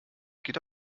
geht